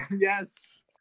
Yes